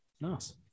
Nice